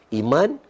iman